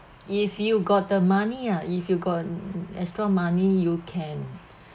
if you got the money ah if you got extra money you can